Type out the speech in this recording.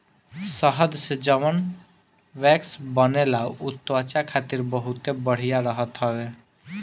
शहद से जवन वैक्स बनेला उ त्वचा खातिर बहुते बढ़िया रहत हवे